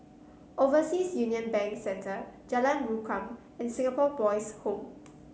Overseas Union Bank Centre Jalan Rukam and Singapore Boys' Home